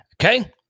Okay